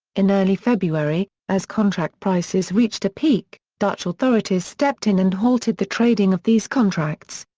in early february, as contract prices reached a peak, dutch authorities stepped in and halted the trading of these contracts.